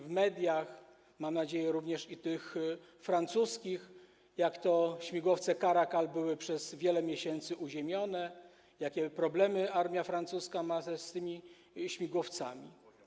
W mediach, mam nadzieję, że również w tych francuskich, podawano, jak to śmigłowce Caracal były przez wiele miesięcy uziemione, jakie problemy armia francuska ma z tymi śmigłowcami.